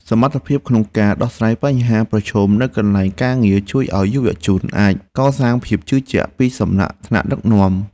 សមត្ថភាពក្នុងការដោះស្រាយបញ្ហាប្រឈមនៅកន្លែងការងារជួយឱ្យយុវជនអាចកសាងភាពជឿជាក់ពីសំណាក់ថ្នាក់ដឹកនាំ។